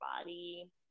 body